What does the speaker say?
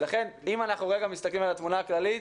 לכן אם אנחנו רגע מסתכלים על התמונה הכללית,